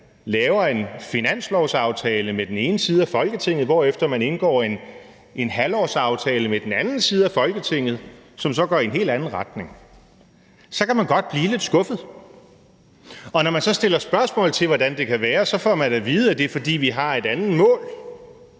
laver en finanslovsaftale med den ene side af Folketinget, hvorefter man indgår en halvårsaftale med den anden side af Folketinget, som så går i en helt anden retning. Så kan man godt blive lidt skuffet. Og når man så spørger til, hvordan det kan være, får man at vide, at det er, fordi vi har et andet mål